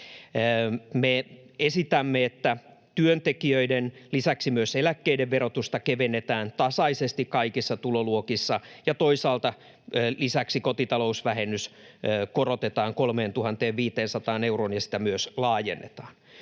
Me esitämme, että työntekijöiden lisäksi myös eläkkeiden verotusta kevennetään tasaisesti kaikissa tuloluokissa ja toisaalta lisäksi kotitalousvähennys korotetaan 3 500 euroon ja sitä myös laajennetaan.